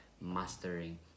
mastering